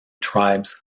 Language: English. tribes